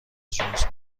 جونز